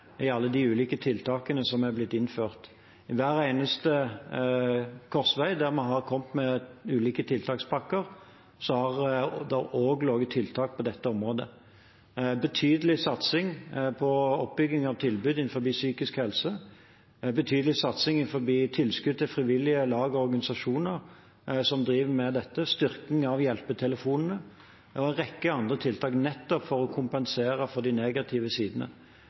i alle de ulike tiltakene som er blitt innført. Ved hver eneste korsvei der vi har kommet med ulike tiltakspakker, har det også ligget tiltak på dette området: betydelig satsing på oppbygging av tilbud innenfor psykisk helse, betydelig satsing innenfor tilskudd til frivillige lag og organisasjoner som driver med dette, og styrking av hjelpetelefonene. Det er en rekke andre tiltak nettopp for å kompensere for de negative sidene.